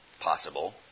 Possible